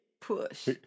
push